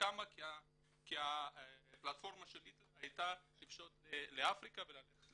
קמה כי הפלטפורמה של היטלר הייתה לפשוט לאפריקה וללכת